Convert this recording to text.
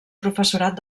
professorat